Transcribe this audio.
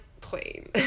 plain